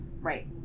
Right